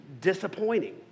disappointing